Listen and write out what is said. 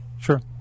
sure